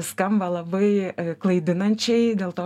skamba labai klaidinančiai dėl to